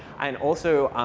and also